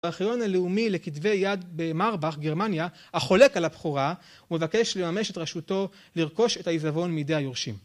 בארכיון הלאומי לכתבי יד במרבך, גרמניה, החולק על הבכורה, ומבקש לממש את רשותו לרכוש את העיזבון מידי היורשים.